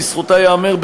לזכותה ייאמר,